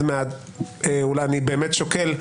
אני באמת שוקל,